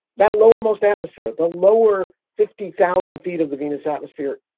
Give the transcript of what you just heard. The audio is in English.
that lowermost atmosphere the lower fifty thousand feet of the venus atmosphere,